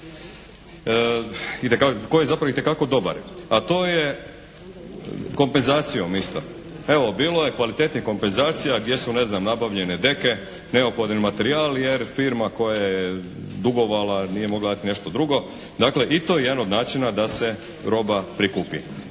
koji je zapravo itekako dobar. A to je kompenzacijom isto. Evo bilo je kvalitetnih kompenzacija gdje su, ne znam, nabavljene deke, neophodni materijal jer firma koja je dugovala nije mogla dati nešto drugo. Dakle i to je jedan od načina da se roba prikupi.